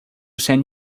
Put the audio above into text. send